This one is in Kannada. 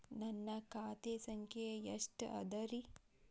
ನನ್ನ ಖಾತೆ ಸಂಖ್ಯೆ ಎಷ್ಟ ಅದರಿ?